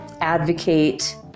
advocate